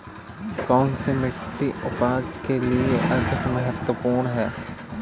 कौन सी मिट्टी उपज के लिए अधिक महत्वपूर्ण है?